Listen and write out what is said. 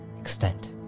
extent